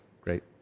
great